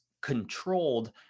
controlled